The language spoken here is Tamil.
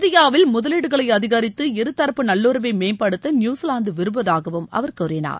இந்தியாவில் முதலீடுகளை அதிகரித்து இருதரப்பு நல்லுறவை மேம்படுத்த நியூசிலாந்து விரும்புவதாக அவர் கூறினார்